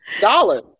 Dollars